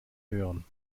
hören